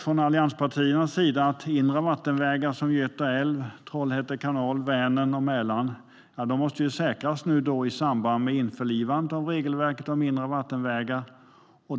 Från allianspartiernas sida anser vi dock att inre vattenvägar som Göta älv, Trollhätte kanal, Vänern och Mälaren måste säkras i samband med införlivandet av regelverket om inre vattenvägar.